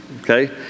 okay